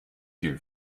here